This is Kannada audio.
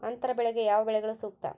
ಅಂತರ ಬೆಳೆಗೆ ಯಾವ ಬೆಳೆಗಳು ಸೂಕ್ತ?